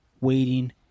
waiting